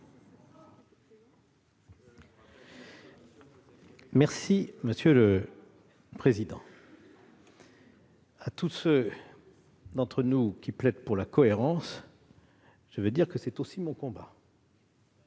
est à M. le rapporteur. À tous ceux d'entre nous qui plaident pour la cohérence, je veux dire que c'est aussi mon combat.